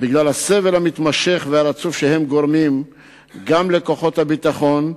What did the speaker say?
בגלל הסבל המתמשך והרצוף שהם גורמים גם לכוחות הביטחון,